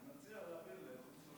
אני מציע להעביר לחוץ וביטחון.